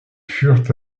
furent